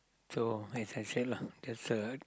so it's actually lah that's a